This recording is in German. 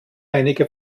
einige